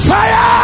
Fire